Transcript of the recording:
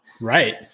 right